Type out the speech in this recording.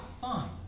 fine